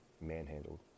manhandled